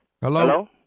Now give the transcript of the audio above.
Hello